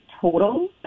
total